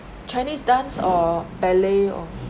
chinese dance or ballet or